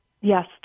Yes